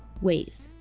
waze.